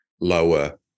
lower